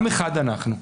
עם אחד אנחנו,